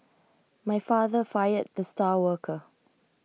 my father fired the star worker